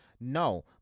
No